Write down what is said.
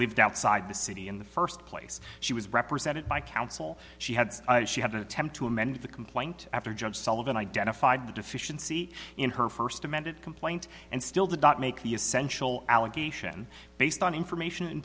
lived outside the city in the first place she was represented by counsel she had and she had an attempt to amend the complaint after judge sullivan identified the deficiency in her first amended complaint and still did not make the essential allegation based on information and